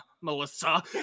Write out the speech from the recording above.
Melissa